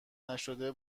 نشده